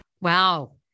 Wow